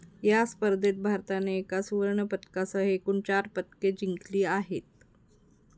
या स्पर्धेत भारताने एका सुवर्णपदकासह एकूण चार पदके जिंकली आहेत